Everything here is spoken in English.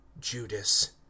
Judas